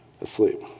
Asleep